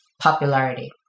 popularity